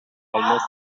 almost